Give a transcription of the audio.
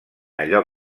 allò